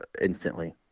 instantly